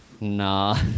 Nah